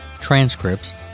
transcripts